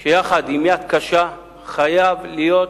שיחד עם יד קשה חייבות להיות